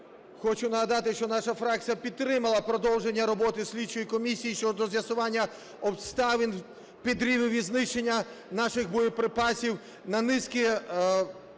Хочу нагадати, що наша фракція підтримала продовження роботи слідчої комісії щодо з'ясування обставин підривів і знищення наших боєприпасів на низці